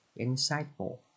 Insightful